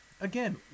again